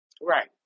Right